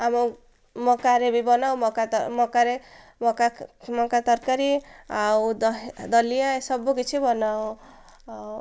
ଆମ ମକାରେ ବି ବନାଉ ମକାରେ କା ମକା ତରକାରୀ ଆଉ ଦଲିଆ ଏ ସବୁକିଛି ବନାଉ ଆଉ